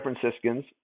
Franciscans